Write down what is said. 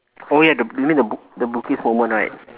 oh ya the you mean the book the moment right